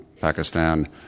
Pakistan